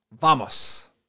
vamos